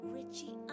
Richie